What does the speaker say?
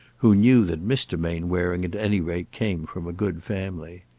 who knew that mr. mainwaring at any rate came from a good family.